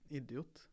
idiot